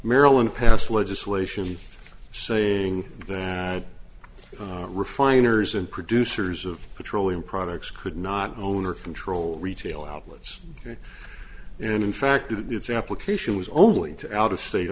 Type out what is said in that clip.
maryland passed legislation saying that refiners and producers of petroleum products could not own or control retail outlets and in fact its application was only to out of state